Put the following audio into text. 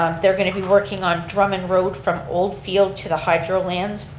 um they're going to be working on drummond road from old field to the hydro lands,